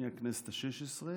מהכנסת השש-עשרה,